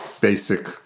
basic